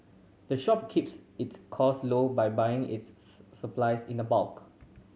the shop keeps its costs low by buying its supplies in the bulk